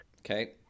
Okay